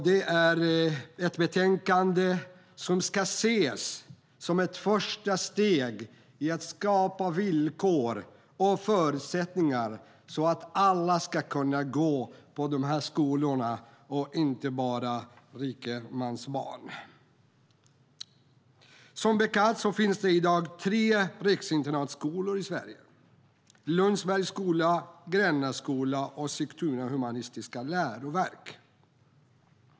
Det är ett betänkande som ska ses som ett första steg i fråga om att skapa villkor och förutsättningar så att alla ska kunna gå på de här skolorna och inte bara rikemansbarn. Som bekant finns det i dag tre riksinternatskolor i Sverige: Lundsbergs skola, Grennaskolan och Sigtunaskolan Humanistiska Läroverket.